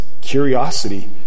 curiosity